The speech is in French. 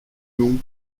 non